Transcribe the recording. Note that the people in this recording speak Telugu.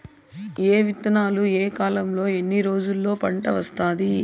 ఏ విత్తనాలు ఏ కాలంలో ఎన్ని రోజుల్లో పంట వస్తాది?